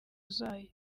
zayo